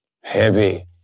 heavy